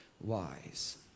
wise